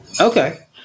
Okay